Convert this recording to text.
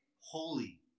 holy